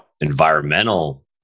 environmental